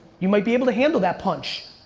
you might be able to handle that punch,